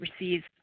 receives